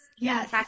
Yes